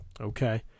Okay